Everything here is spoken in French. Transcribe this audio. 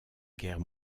guerre